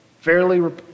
Fairly